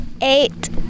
Eight